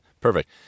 Perfect